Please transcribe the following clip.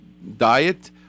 Diet